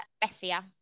Bethia